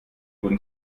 guten